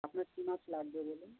আপনার কী মাছ লাগবে বলুন